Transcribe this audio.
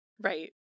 Right